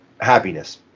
happiness